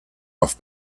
off